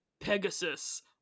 Pegasus